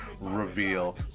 reveal